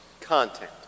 content